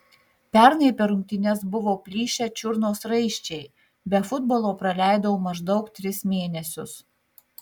pernai per rungtynes buvo plyšę čiurnos raiščiai be futbolo praleidau maždaug tris mėnesius